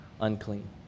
unclean